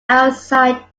outside